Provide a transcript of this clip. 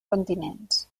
continents